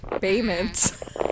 payments